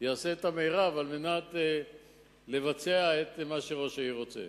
יעשה את המירב על מנת לבצע את מה שראש העיר רוצה.